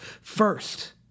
first